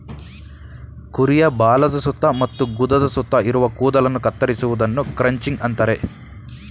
ಕುರಿಯ ಬಾಲದ ಸುತ್ತ ಮತ್ತು ಗುದದ ಸುತ್ತ ಇರುವ ಕೂದಲನ್ನು ಕತ್ತರಿಸುವುದನ್ನು ಕ್ರಚಿಂಗ್ ಅಂತರೆ